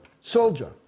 soldier